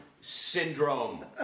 Syndrome